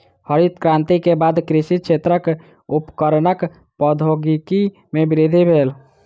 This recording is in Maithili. हरित क्रांति के बाद कृषि क्षेत्रक उपकरणक प्रौद्योगिकी में वृद्धि भेल